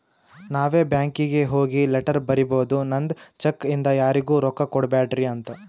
ನಾವೇ ಬ್ಯಾಂಕೀಗಿ ಹೋಗಿ ಲೆಟರ್ ಬರಿಬೋದು ನಂದ್ ಚೆಕ್ ಇಂದ ಯಾರಿಗೂ ರೊಕ್ಕಾ ಕೊಡ್ಬ್ಯಾಡ್ರಿ ಅಂತ